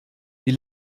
die